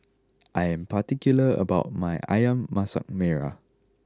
I am particular about my Ayam Masak Merah